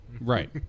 Right